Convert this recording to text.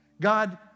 God